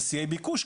בשיאי ביקוש,